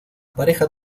pareja